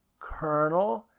colonel,